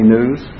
News